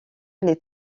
les